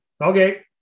Okay